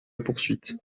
poursuite